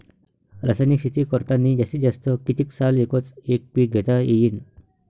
रासायनिक शेती करतांनी जास्तीत जास्त कितीक साल एकच एक पीक घेता येईन?